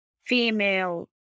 female